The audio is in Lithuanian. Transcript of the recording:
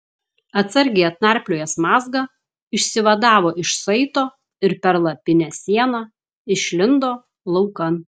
atsargiai atnarpliojęs mazgą išsivadavo iš saito ir per lapinę sieną išlindo laukan